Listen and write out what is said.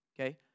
okay